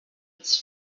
its